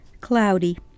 cloudy